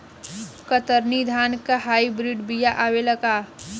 कतरनी धान क hybrid बिया आवेला का?